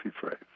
phrase